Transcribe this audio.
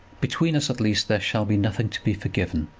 between us at least there shall be nothing to be forgiven.